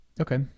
okay